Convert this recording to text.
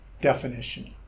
definition